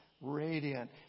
radiant